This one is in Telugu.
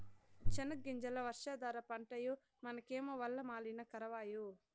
సెనగ్గింజలు వర్షాధార పంటాయె మనకేమో వల్ల మాలిన కరవాయె